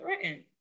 threatened